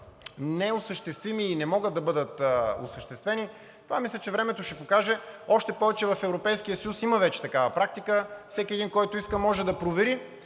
неосъществими и не могат да бъдат осъществени, това мисля, че времето ще покаже. Още повече в Европейския съюз има вече такава практика – всеки един, който иска може да провери,